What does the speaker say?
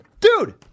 Dude